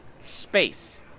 space